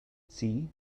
see